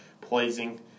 pleasing